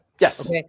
Yes